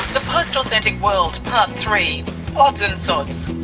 the post-authentic world, part three odds and sods.